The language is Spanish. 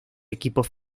equipos